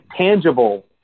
tangible